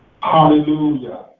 Hallelujah